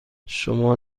شما